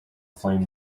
flame